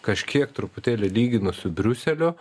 kažkiek truputėlį lyginu su briuseliu